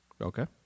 Okay